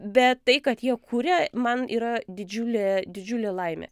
bet tai kad jie kuria man yra didžiulė didžiulė laimė